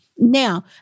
Now